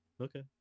Okay